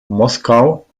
moskau